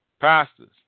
pastors